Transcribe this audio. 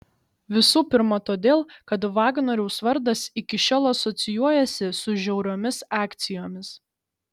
visų pirma todėl kad vagnoriaus vardas iki šiol asocijuojasi su žiauriomis akcijomis